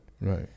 Right